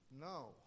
No